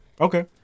Okay